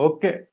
Okay